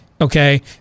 okay